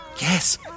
Yes